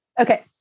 Okay